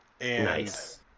Nice